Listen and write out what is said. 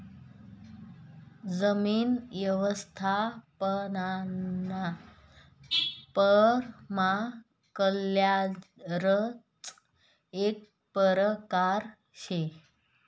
जमीन यवस्थापनना पर्माकल्चर एक परकार शे